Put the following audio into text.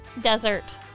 Desert